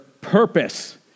purpose